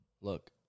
look